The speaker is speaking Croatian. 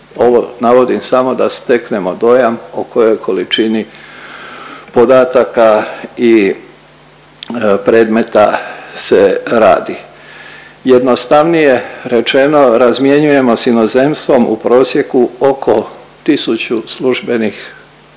Ovo navodim samo da steknemo dojam o kojoj količini podataka i predmeta se radi. Jednostavnije rečeno razmjenjujemo s inozemstvom u prosjeku oko tisuću službenih pisama